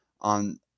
on